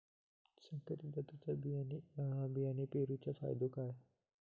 संकरित जातींच्यो बियाणी पेरूचो फायदो काय?